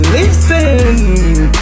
Listen